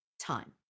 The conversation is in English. time